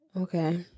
Okay